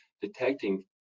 detecting